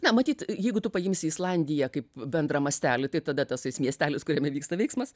na matyt jeigu tu paimsi islandiją kaip bendrą mastelį tai tada tasai miestelis kuriame vyksta veiksmas